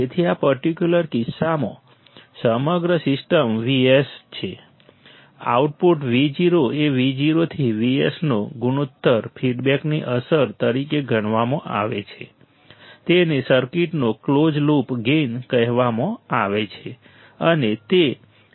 તેથી આ પર્ટિક્યુલર કિસ્સામાં સમગ્ર સિસ્ટમ Vs છે આઉટપુટ Vo એ Vo થી Vs નો ગુણોત્તર ફીડબેકની અસર તરીકે ગણવામાં આવે છે તેને સર્કિટનો ક્લોઝ લૂપ ગેઇન કહેવામાં આવે છે અને તે AfVoVs